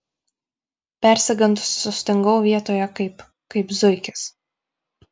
persigandusi sustingau vietoje kaip kaip zuikis